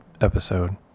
episode